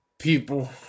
People